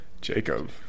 Jacob